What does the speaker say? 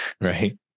right